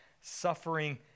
suffering